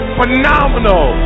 phenomenal